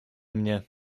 mnie